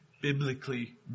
biblically